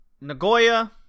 Nagoya